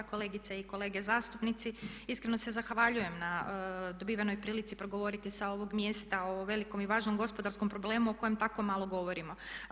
Kolegice i kolege zastupnici iskreno se zahvaljujem na dobivenoj prilici progovoriti sa ovog mjesta o velikom i važnom gospodarskom problemu o kojem tako malo govorimo.